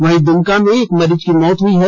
वहीं दुमका में एक मरीज की मौत हुई है